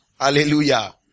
Hallelujah